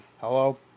Hello